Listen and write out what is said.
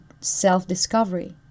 self-discovery